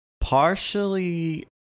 Partially